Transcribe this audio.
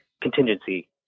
contingency